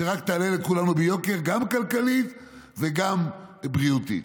שרק תעלה לכולנו ביותר גם כלכלית וגם בריאותית.